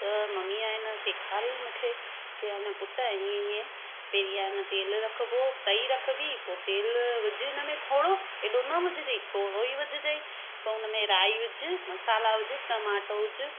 त मम्मी आहे न सेखारियो मूंखे कि है न पुटु हीअं हीअं पहिरियों आहे न तेल रखबो तई रखबी पो तेलु विझ हिनमें थोरो एॾो म विझरी थोड़ो ई विझजे पो हुनमें राई विझु मसाला विझ टमाटो विझु